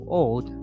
old